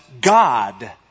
God